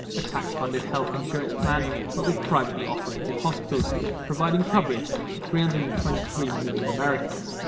a tax-funded health insurance plan but with privately-operated hospitals providing coverage to three hundred and twenty three million americans.